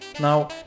Now